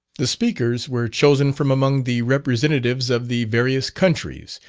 the speakers were chosen from among the representatives of the various countries,